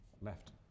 left